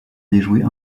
déjouer